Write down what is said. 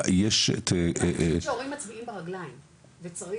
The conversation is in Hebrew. יש --- אני חושבת שהורים מצביעים ברגליים וצריך